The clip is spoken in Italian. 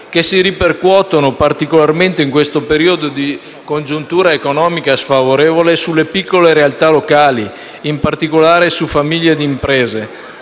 che si ripercuotono, particolarmente in questo periodo di congiuntura economica sfavorevole, sulle piccole realtà locali, in particolare su famiglie ed imprese,